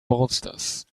bolsters